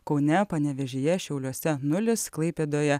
kaune panevėžyje šiauliuose nulis klaipėdoje